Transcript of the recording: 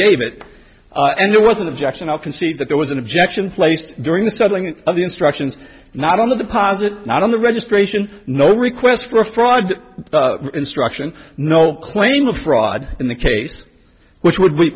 gave it and there was an objection i'll concede that there was an objection placed during the selling of the instructions not on the posit not on the registration no request for fraud instruction no claim of fraud in the case which would we